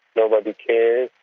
nobody cares.